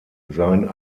sein